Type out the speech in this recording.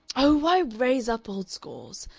oh, why raise up old scores?